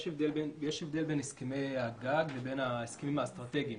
יש הבדל בין הסכמי הגג לבין ההסכמים האסטרטגיים.